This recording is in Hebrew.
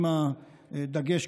בדגש,